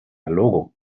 logo